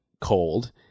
cold